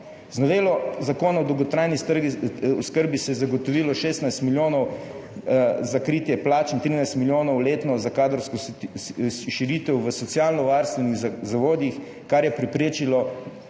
novelo Zakona o dolgotrajni oskrbi se je zagotovilo 16 milijonov za kritje plač in 13 milijonov letno za kadrovsko širitev v socialnovarstvenih zavodih, kar je preprečilo